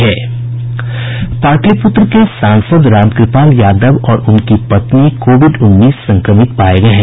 पाटलिपुत्र के सांसद रामकृपाल यादव और उनकी पत्नी कोविड उन्नीस संक्रमित पाये गये हैं